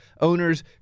owners